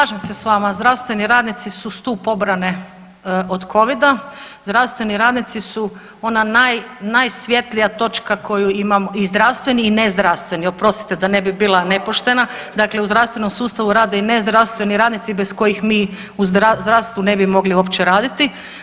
Slažem se s vama, zdravstveni radnici su stup obrane od covida, zdravstveni radnici su ona naj, najsvjetlija točka koju imamo i zdravstveni i ne zdravstveni, oprostite da ne bi bila nepoštena, dakle u zdravstvenom sustavu rade i nezdravstveni radnici bez kojih mi u zdravstvu ne bi mogli uopće raditi.